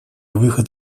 выход